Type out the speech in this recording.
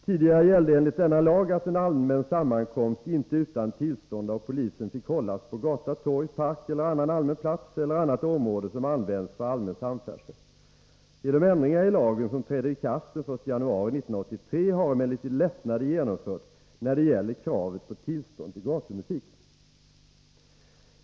Tidigare gällde enligt denna lag att en allmän sammankomst inte utan tillstånd av polisen fick hållas på gata, torg, park eller annan allmän plats eller annat område som används för allmän samfärdsel. Genom ändringar i lagen, som trädde i kraft den 1 januari 1983, har emellertid lättnader genomförts när det gäller kravet på tillstånd till gatumusik.